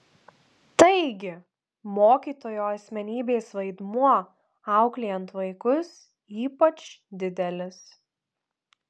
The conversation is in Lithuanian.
taigi mokytojo asmenybės vaidmuo auklėjant vaikus ypač didelis